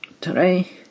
today